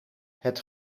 het